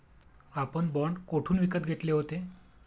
आपण बाँड कोठून विकत घेतले होते?